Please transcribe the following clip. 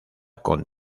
con